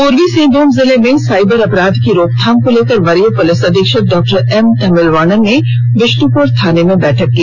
पूर्वी सिंहभूम जिले में साइबर अपराध की रोकथाम को लेकर वरीय पूलिस अधीक्षक डा एम तमिलवानन ने बिष्ट्पुर थाना में बैठक की